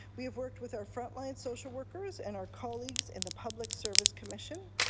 we have worked with our front-line social workers and our colleagues in the public service commission,